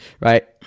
right